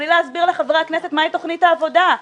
בלי להסביר לחברי הכנסת מהי תוכנית העבודה,